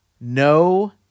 no